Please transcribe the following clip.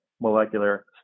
molecular